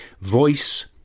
Voice